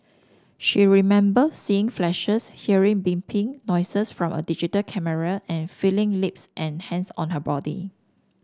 she remembered seeing flashes hearing beeping noises from a digital camera and feeling lips and hands on her body